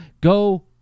go